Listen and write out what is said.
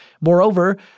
Moreover